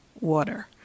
water